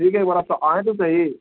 ٹھیک ہے ایک بار آپ آئیں تو سہی